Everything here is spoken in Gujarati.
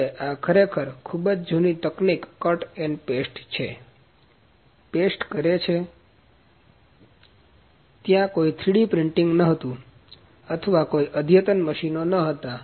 હવે આ ખરેખર ખૂબ જ જૂની તકનીકી કટ એન્ડ પેસ્ટ કટ અને પેસ્ટ કરે છે ત્યાં કોઈ ૩D પ્રિંટિંગ નહોતું અથવા કોઈ અદ્યતન મશીનો નહોતા